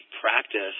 practice